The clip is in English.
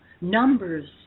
numbers